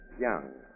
young